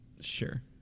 sure